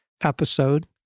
episode